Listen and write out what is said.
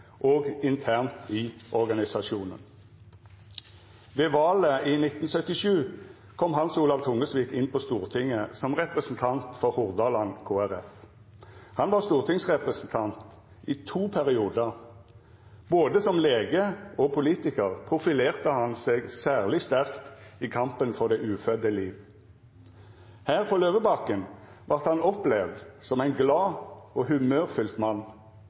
og internt i organisasjonen. Ved valet i 1977 kom Hans Olav Tungesvik inn på Stortinget som representant for Hordaland Kristeleg Folkeparti. Han var stortingsrepresentant i to periodar. Både som lege og som politikar profilerte han seg særleg sterkt i kampen for det ufødde liv. Her på Løvebakken vart han opplevd som ein glad og humørfylt mann,